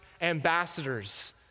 ambassadors